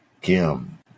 Kim